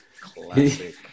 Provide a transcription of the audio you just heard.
Classic